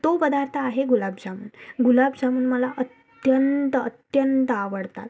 तो पदार्थ आहे गुलाबजामुन गुलाबजामुन मला अत्यंत अत्यंत आवडतात